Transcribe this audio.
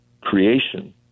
creation